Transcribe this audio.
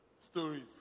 stories